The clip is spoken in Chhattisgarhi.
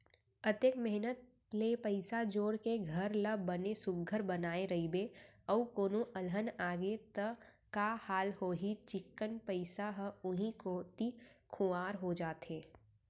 अतेक मेहनत ले पइसा जोर के घर ल बने सुग्घर बनाए रइबे अउ कोनो अलहन आगे त का हाल होही चिक्कन पइसा ह उहीं कोती खुवार हो जाथे